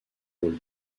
rôle